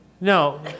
No